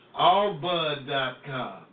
allbud.com